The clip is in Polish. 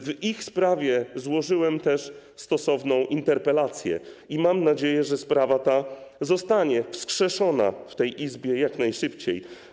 W ich sprawie złożyłem też stosowną interpelację i mam nadzieję, że sprawa ta zostanie wskrzeszona w tej Izbie jak najszybciej.